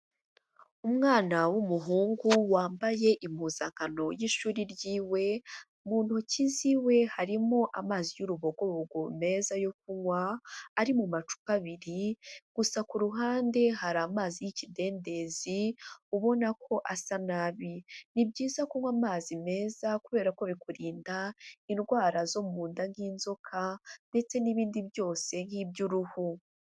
Umwana w'umuhungu wambaye impuzankano y'ishuri ryiwe, mu ntoki ziwe harimo amazi y'urubogobogo meza yo kuywa ari mu macupa abiri, gusa ku ruhande hari amazi y'ikidendezi ubona ko asa nabi, ni byiza kunywa amazi meza kubera ko bikurinda indwara zo mu nda nk'inzoka ndetse n'ibindi byose nk'iby'uruhu.